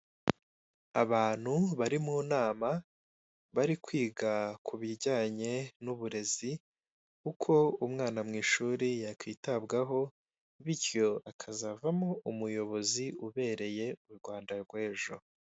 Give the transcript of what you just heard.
Abantu bari mu nama bari kwiga ku bijyanye n'uburezi, uko umwana mu ishuri yakwitabwaho bityo akazavamo umuyobozi ubereye u Rwanda rw'ejo.